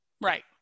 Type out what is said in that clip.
Right